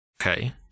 Okay